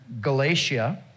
Galatia